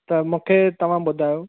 त मूंखे तव्हां ॿुधायो